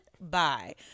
Bye